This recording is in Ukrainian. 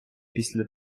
після